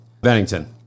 Bennington